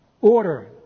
order